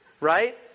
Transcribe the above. right